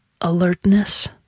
Alertness